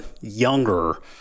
younger